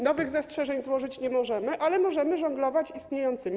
Nowych zastrzeżeń złożyć nie możemy, ale możemy żonglować istniejącymi.